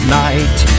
night